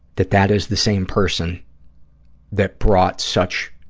that that is the same person that brought such